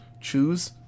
choose